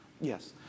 Yes